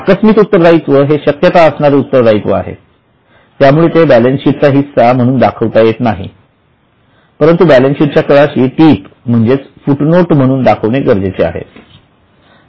आकस्मित उत्तर दायित्व हे शक्यता असणारे उत्तर दायित्व आहे आणि त्यामुळे ते बॅलन्सशीटचा हिस्सा म्हणून दाखविता येत नाही परंतु बॅलन्सशीटच्या तळाशी टीप म्हणजेच फुट नोट म्हणून दाखवणे गरजेचे आहे